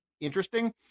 interesting